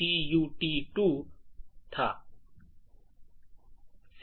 सी tutorial 2